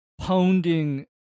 pounding